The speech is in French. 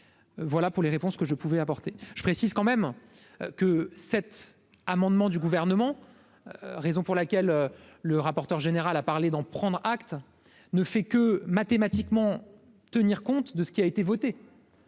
voilà pour les réponses que je pouvais apporter je précise quand même que cet amendement du gouvernement, raison pour laquelle le rapporteur général, a parlé d'en prendre acte, ne fait que mathématiquement, tenir compte de ce qui a été votée.